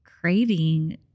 craving